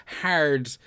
hard